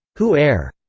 who heir?